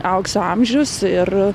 aukso amžius ir